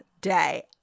day